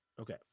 okay